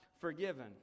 forgiven